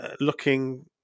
looking